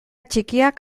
txikiak